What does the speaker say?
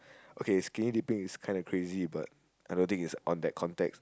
okay skinny dipping is kind of crazy but I don't think is on that context